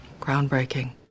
Groundbreaking